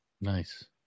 Nice